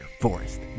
Forest